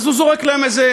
הוא זורק להם איזה